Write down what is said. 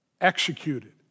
executed